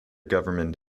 government